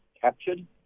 captured